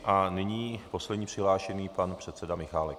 A nyní poslední přihlášený, pan předseda Michálek.